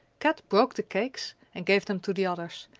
kat broke the cakes and gave them to the others,